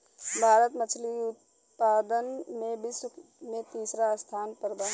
भारत मछली उतपादन में विश्व में तिसरा स्थान पर बा